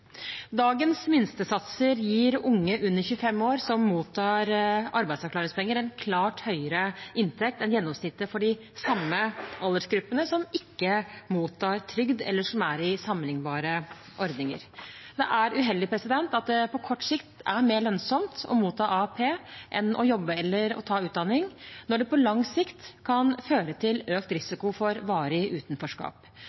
Dagens minstesatser gir unge under 25 år som mottar arbeidsavklaringspenger, en klart høyere inntekt enn gjennomsnittet for dem i samme aldersgruppe som ikke mottar trygd, eller som er i sammenlignbare ordninger. Det er uheldig at det på kort sikt er mer lønnsomt å motta AAP enn å jobbe eller ta utdanning, når det på lang sikt kan føre til økt